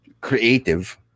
creative